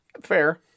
Fair